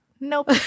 nope